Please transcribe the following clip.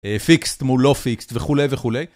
פיקסט מול לא פיקסט וכולי וכולי.